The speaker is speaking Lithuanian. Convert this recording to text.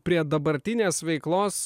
prie dabartinės veiklos